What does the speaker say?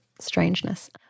strangeness